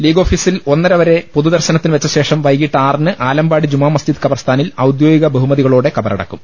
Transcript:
league ഓഫീസിൽ ഒന്നര വരെ പൊതുദർശനത്തിന് വച്ച ശേഷം വൈകീട്ട് ആറിന് ആലമ്പാടി ജുമാമസ്ജിദ് ഖബർസ്ഥാ നിൽ ഔദ്യോഗിക ബഹുമതികളോടെ ഖബറടക്കും